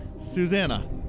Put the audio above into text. Susanna